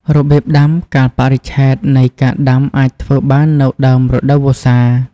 របៀបដាំ កាលបរិច្ឆេទនៃការដាំអាចធ្វើបាននៅដើមរដូវវស្សា។